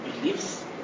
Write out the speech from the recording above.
beliefs